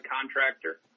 contractor